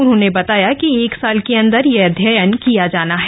उन्होंने बताया कि एक साल के अंदर यह अध्ययन किया जाना है